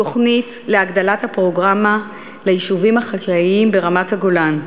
תוכנית להגדלת הפרוגרמה ליישובים החקלאיים ברמת-הגולן.